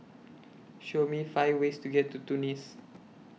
Show Me five ways to get to Tunis